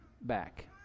back